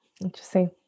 Interesting